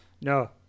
No